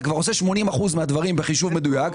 אתה כבר עושה 80 אחוזים מהדברים בחישוב מדויק,